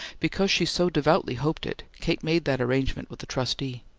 because she so devoutly hoped it, kate made that arrangement with the trustee.